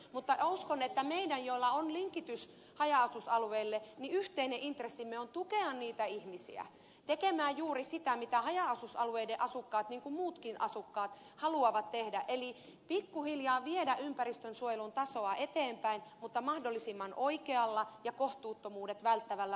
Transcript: mutta uskon että meidän joilla on linkitys haja asutusalueille yhteinen intressimme on tukea niitä ihmisiä tekemään juuri sitä mitä haja asutusalueiden asukkaat niin kuin muutkin asukkaat haluavat tehdä eli pikkuhiljaa viedä ympäristönsuojelun tasoa eteenpäin mutta mahdollisimman oikealla ja kohtuuttomuudet välttävällä maalaisjärkisellä tavalla